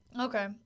Okay